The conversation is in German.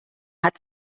hat